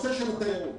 בנושא של תיירות.